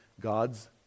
God's